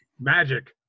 Magic